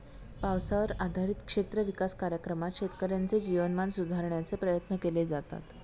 पावसावर आधारित क्षेत्र विकास कार्यक्रमात शेतकऱ्यांचे जीवनमान सुधारण्याचे प्रयत्न केले जातात